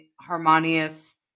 harmonious